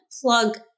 plug